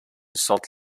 salt